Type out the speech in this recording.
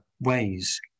ways